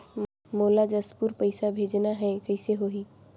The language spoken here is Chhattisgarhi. मोला जशपुर पइसा भेजना हैं, कइसे होही?